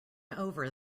over